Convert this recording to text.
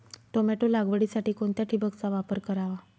Tomato लागवडीसाठी कोणत्या ठिबकचा वापर करावा?